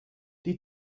die